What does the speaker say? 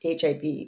HIV